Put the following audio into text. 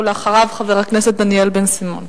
ואחריו, חבר הכנסת דניאל בן-סימון.